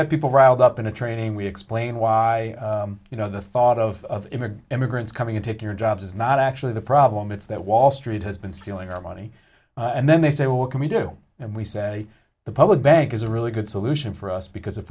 get people riled up in a train we explain why you know the thought of immigrants coming to take your jobs is not actually the problem it's that wall street has been stealing our money and then they say well what can we do and we say the public bank is a really good solution for us because if